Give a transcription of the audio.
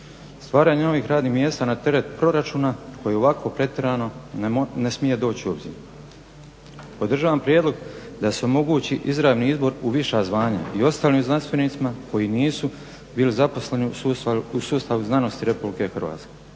Stvaranje novih radnih mjesta na teret proračuna, koji je i ovako pretjeran, ne smije doći u obzir. Podržavam prijedlog da se omogući izravni izbor u viša zvanja i ostalim znanstvenicima koji nisu bili zaposleni u sustav znanosti RH. Također